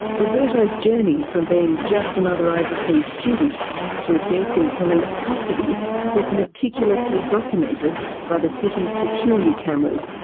roberto's journey from being just another overseas student to a death in police custody was meticulously documented by the city's security cameras,